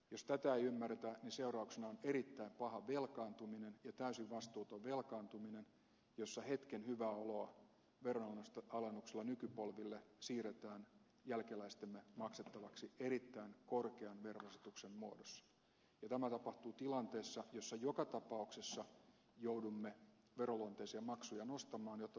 jos tätä ei ymmärretä niin seurauksena on erittäin paha velkaantuminen ja täysin vastuuton velkaantuminen jossa hetken hyvää oloa veronalennuksilla nykypolville siirretään jälkeläistemme maksettavaksi erittäin korkean verorasituksen muodossa ja tämä tapahtuu tilanteessa jossa joka tapauksessa joudumme veronluonteisia maksuja nostamaan jotta turvaamme eläkkeet